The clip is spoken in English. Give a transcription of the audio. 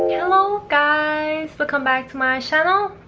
hello guys! welcome back to my channel